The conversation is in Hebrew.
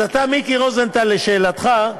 אז אתה, מיקי רוזנטל, לשאלתך,